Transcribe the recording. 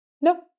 no